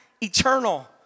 eternal